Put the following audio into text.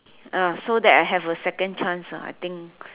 ah so that I have a second chance ah I think